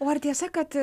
o ar tiesa kad